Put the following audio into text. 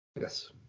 Yes